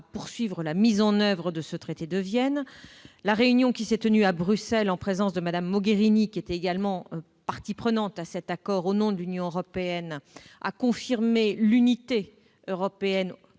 poursuite de la mise en oeuvre de ce dernier. La réunion qui s'est tenue à Bruxelles en présence de Mme Mogherini, qui est également partie prenante à cet accord au nom de l'Union européenne, a confirmé l'unité européenne